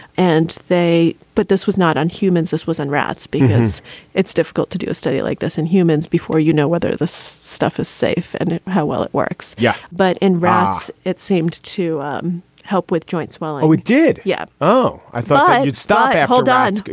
and they. but this was not on humans. this was on rats, because it's difficult to do a study like this in humans before, you know, whether the stuff is safe and how well it works. yeah, but in rats, it seemed to um help with joints while and we did yeah. oh i find stye. hold ah on.